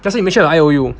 但是 you make sure got I_O_U